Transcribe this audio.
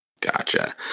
Gotcha